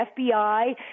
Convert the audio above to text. FBI